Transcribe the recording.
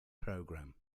program